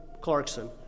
Clarkson